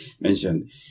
mentioned